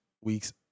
week's